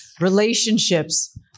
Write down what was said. Relationships